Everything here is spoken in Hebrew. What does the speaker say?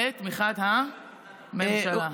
ובתמיכת הממשלה.